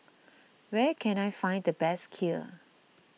where can I find the best Kheer